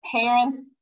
Parents